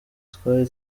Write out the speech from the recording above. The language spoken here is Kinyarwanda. twari